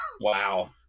Wow